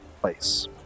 place